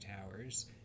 towers